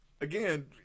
Again